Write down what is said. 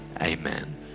amen